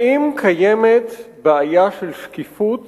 האם קיימת בעיה של שקיפות